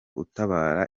utabara